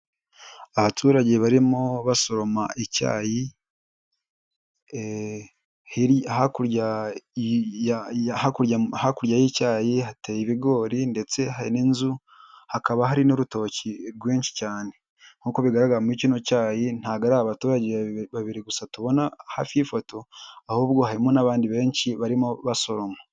Abaturage barimo basoroma icyayi, hakurya y'icyayi hateye ibigori ndetse hari n'inzu, hakaba hari n'urutoki rwinshi cyane nk'uko bigaragara muri kino cyayi, ntabwo ari abaturage babiri gusa tubona hafi y'ifoto ahubwo harimo n'abandi benshi barimo basoroma.